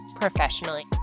professionally